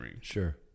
Sure